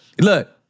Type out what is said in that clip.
look